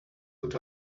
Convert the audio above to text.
put